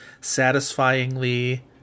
satisfyingly